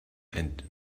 and